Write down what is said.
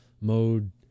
mode